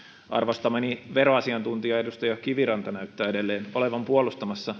arvostamani veroasiantuntija edustaja kiviranta näyttää edelleen olevan puolustamassa